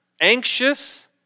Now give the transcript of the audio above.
anxious